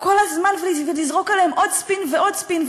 כל הזמן ולזרוק עליהם עוד ספין ועוד ספין,